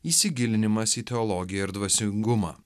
įsigilinimas į teologiją ir dvasingumą